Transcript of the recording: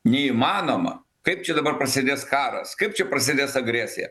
neįmanoma kaip čia dabar prasidės karas kaip čia prasidės agresija